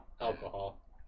Alcohol